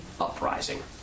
uprising